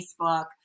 Facebook